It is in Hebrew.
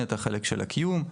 החלק של הקיום.